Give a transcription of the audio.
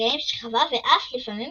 רגעים שחווה ואף לפעמים